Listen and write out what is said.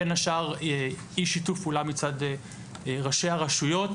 בין השאר אי-שיתוף פעולה מצד ראשי הרשויות,